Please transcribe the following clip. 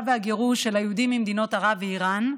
והגירוש של היהודים מארצות ערב ומאיראן,